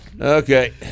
Okay